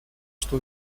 что